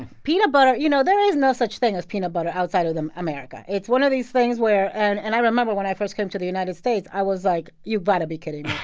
peanut butter, you know, there is no such thing as peanut butter outside of the america. it's one of these things where and and i remember when i first came to the united states, i was like, you've got to be kidding